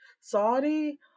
Saudi